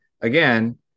again